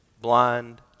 blind